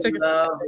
love